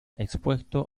expuesto